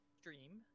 stream